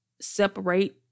separate